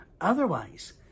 Otherwise